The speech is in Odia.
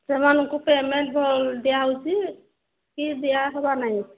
ସେମାନଙ୍କୁ ପେମେଣ୍ଟ ଦିଆହେଉଛି କି ଦିଆହେବ ନାହିଁ